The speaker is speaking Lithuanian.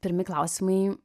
pirmi klausimai